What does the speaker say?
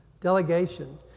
Delegation